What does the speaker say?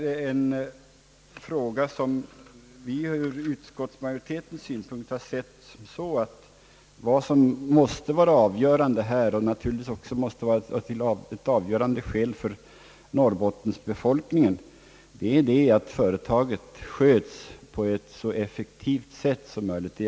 Dessutom har = utskottsmajoriteten funnit att det avgörande måste vara naturligtvis också för Norrbottens befolkning att företaget skötes så effektivt som möjligt.